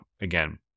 again